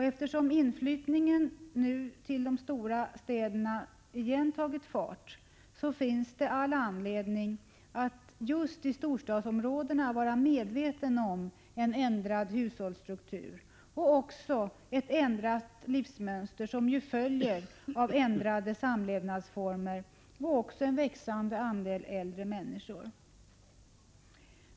Eftersom inflyttningen till de stora städerna har tagit fart igen, finns det all anledning att just i storstadsområdena vara medveten om den ändrade hushållsstrukturen, och också om det ändrade livsmönster som följer av ändrade samlevnadsformer och en växande andel äldre människor.